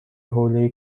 حوله